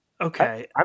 Okay